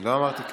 לא אמרתי "קרעי".